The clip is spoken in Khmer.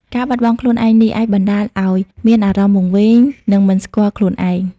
ការបាត់បង់ខ្លួនឯងនេះ អាចបណ្តាលឲ្យមានអារម្មណ៍វង្វេង និងមិនស្គាល់ខ្លួនឯង។